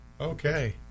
Okay